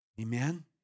Amen